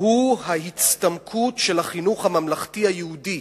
הוא ההצטמקות של החינוך הממלכתי היהודי,